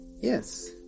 Yes